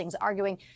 arguing